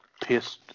pissed